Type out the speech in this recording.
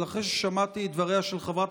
אבל אחרי ששמעתי את דבריה של חברת